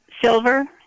silver